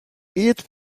eat